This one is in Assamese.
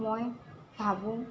মই ভাবোঁ